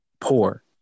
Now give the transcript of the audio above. poor